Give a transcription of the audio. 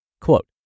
Quote